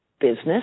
business